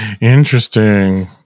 Interesting